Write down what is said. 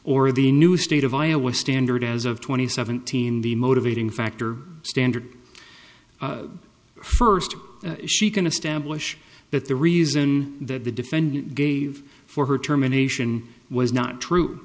or the new state of iowa standard as of twenty seventeen the motivating factor standard first she can establish that the reason that the defendant gave for her terminations was not true